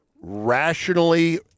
rationally